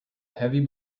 heavy